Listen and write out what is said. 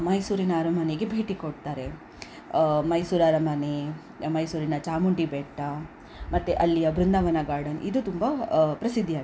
ಮೈಸೂರಿನ ಅರಮನೆಗೆ ಭೇಟಿ ಕೊಡ್ತಾರೆ ಮೈಸೂರು ಅರಮನೆ ಮೈಸೂರಿನ ಚಾಮುಂಡಿಬೆಟ್ಟ ಮತ್ತು ಅಲ್ಲಿಯ ಬೃಂದಾವನ ಗಾರ್ಡನ್ ಇದು ತುಂಬ ಪ್ರಸಿದ್ಧಿಯಾಗಿದೆ